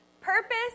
Purpose